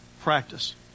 practice